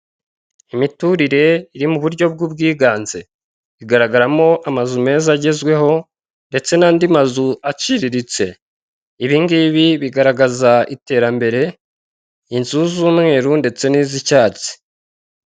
Imiturire iri mu buryo bw'ubwiganze igaragaramo amazu meza agezweho ndetse n'andi mazu aciriritse, ibingibi bigaragaza iterambere. Inzu z'umweru ndetse n'izicyatsi.